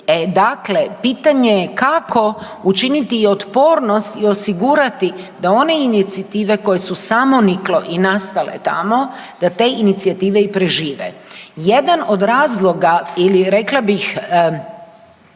dakle, pitanje je kako učiniti i otpornost i osigurati da one inicijative koje su samoniklo i nastale tamo, da te inicijative i prežive. Jedan od razloga ili rekla bih,